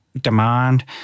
demand